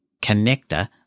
connector